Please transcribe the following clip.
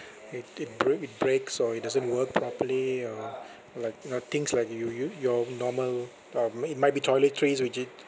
i~ it brea~ it breaks or it doesn't work properly or like you know things like you you your normal um it might be toiletries widget